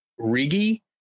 Riggy